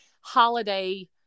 holiday